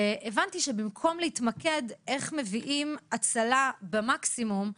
והבנתי שבמקום להתמקד איך מביאים הצלה במקסימום,